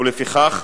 ולפיכך,